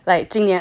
对 loh